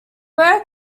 rare